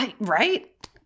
Right